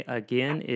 again